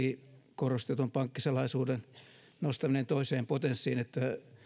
ylikorostetun pankkisalaisuuden nostaminen toiseen potenssiin että